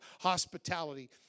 hospitality